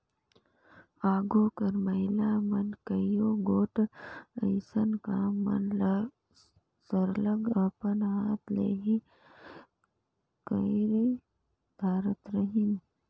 आघु कर महिला मन कइयो गोट अइसन काम मन ल सरलग अपन हाथ ले ही कइर धारत रहिन